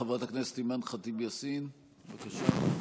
חברת הכנסת אימאן ח'טיב יאסין, בבקשה.